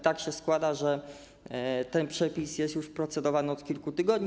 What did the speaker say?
Tak się składa, że ten przepis jest już procedowany od kilku tygodni.